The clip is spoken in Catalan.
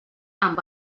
amb